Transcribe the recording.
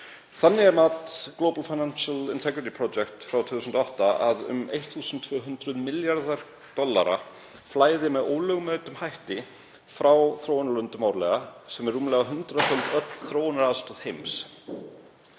Þannig er mat Global Financial Integrity Project frá 2008 að um 1.200 milljarðar dollara flæði með ólögmætum hætti frá þróunarlöndum árlega, sem er rúmlega hundraðföld öll þróunaraðstoð heims.